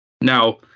Now